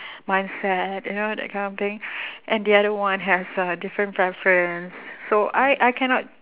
mindset you know that kind of thing and the other one has a different preference so I I cannot